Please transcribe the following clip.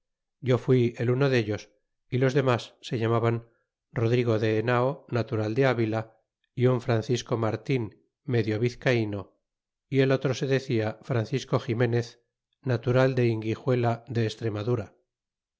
yo fui el uno dellos y los demas se llamaban rodrigo de enao natural de avila y un francisco martin medio vizcayno y el otro se decia francisco ximenez natural del inguixuela de extremadura